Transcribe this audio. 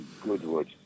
Goodwood